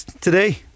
today